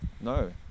no